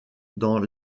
dans